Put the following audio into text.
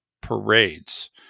Parades